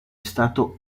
stato